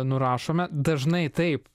nurašome dažnai taip